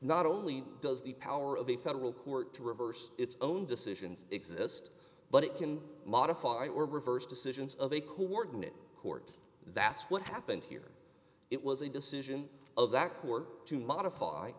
not only does the power of a federal court to reverse its own decisions exist but it can modify or reverse decisions of a coordinate court that's what happened here it was a decision of that court to modify